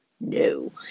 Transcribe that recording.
no